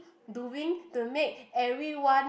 doing to make everyone